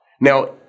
Now